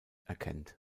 erkennt